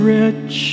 rich